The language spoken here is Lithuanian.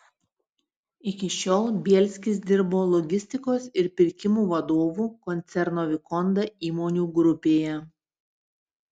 iki šiol bielskis dirbo logistikos ir pirkimų vadovu koncerno vikonda įmonių grupėje